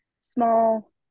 small